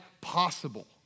possible